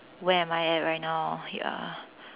where am I at right now ya